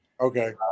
Okay